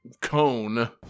cone